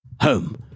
home